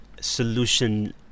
solution